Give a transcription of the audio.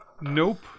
Nope